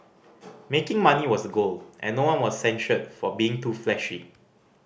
making money was goal and no one was censured for being too flashy